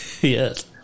yes